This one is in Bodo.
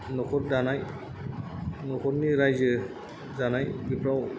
नखर दानाय नखरनि रायजो जानाय बेफोराव